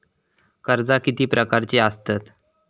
कर्जा किती प्रकारची आसतत